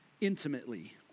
intimately